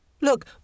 Look